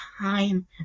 time